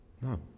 No